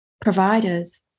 providers